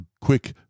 quick